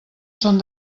són